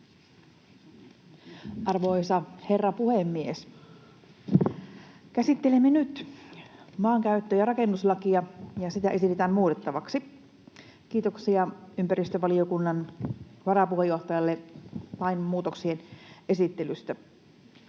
Arvoisa herra puhemies! Käsittelemme nyt maankäyttö‑ ja rakennuslakia, ja sitä esitetään muutettavaksi. Kiitoksia ympäristövaliokunnan varapuheenjohtajalle lainmuutoksien esittelystä.